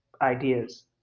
ideas